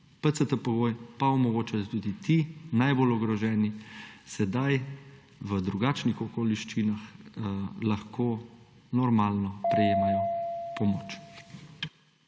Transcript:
PCT pogoj pa omogoča tudi, da ti najbolj ogroženi sedaj v drugačnih okoliščinah lahko normalno prejemajo pomoč.